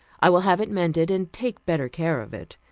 i will have it mended, and take better care of it,